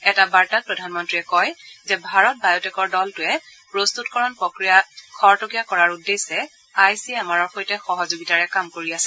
এটা বাৰ্তাত প্ৰধানমন্ত্ৰীয়ে কয় যে ভাৰত বায় টেকৰ দলটোৱে প্ৰস্ততকৰণ প্ৰক্ৰিয়া খৰতকীয়া কৰাৰ উদ্দেশ্যে আই চি এম আৰৰ সৈতে সহযোগিতাৰে কাম কৰি আছে